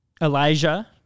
Elijah